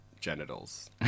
genitals